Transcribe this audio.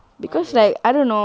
why though